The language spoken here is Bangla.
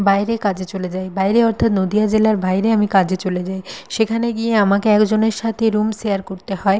বাইরে কাজে চলে যাই বাইরে অর্থাৎ নদিয়া জেলার বাইরে আমি কাজে চলে যাই সেখানে গিয়ে আমাকে একজনের সাথে রুম শেয়ার করতে হয়